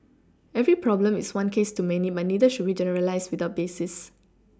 every problem is one case too many but neither should we generalise without basis